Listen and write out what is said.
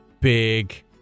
big